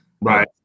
right